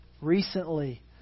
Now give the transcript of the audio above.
recently